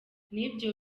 n’ibyo